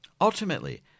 Ultimately